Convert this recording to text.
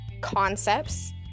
concepts